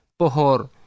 Pohor